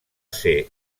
ser